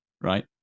right